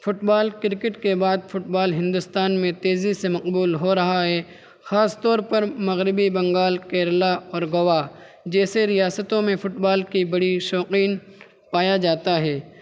fit بال cricket کے بعد football Hindustan میں تیزی سے مقبول ہو رہا ہے خاص طور پر مغربی بنگال کیرلا اور گوا جیسے ریاستوں میں فٹ بال کی بڑی شوقین پایا جاتا ہے